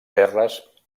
terres